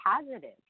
positive